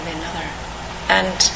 another—and